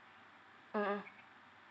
mmhmm